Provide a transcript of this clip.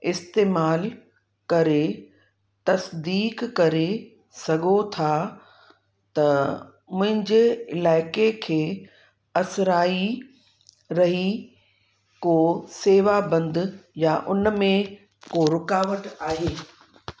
इस्तेमालु करे तसिदीक़ु करे सघो था त मुंहिंजे इलाइक़े खे असिराई रही को शेवा बंदि या उन में को रुकावट आहे